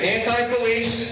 anti-police